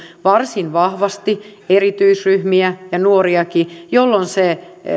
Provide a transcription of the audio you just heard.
varsin vahvasti erityisryhmiä ja nuoriakin jolloin se